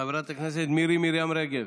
חברת הכנסת מירי מרים רגב,